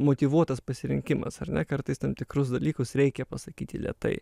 motyvuotas pasirinkimas ar ne kartais tam tikrus dalykus reikia pasakyti lėtai